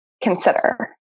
consider